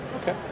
Okay